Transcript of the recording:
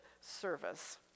service